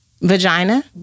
Vagina